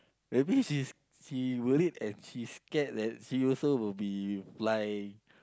that means she's she worried and she scared that she also will be fly